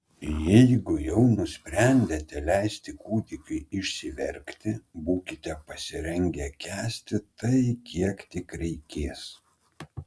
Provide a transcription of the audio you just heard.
jei jau nusprendėte leisti kūdikiui išsiverkti būkite pasirengę kęsti tai kiek tik reikės